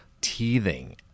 Teething